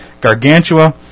Gargantua